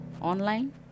online